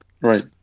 Right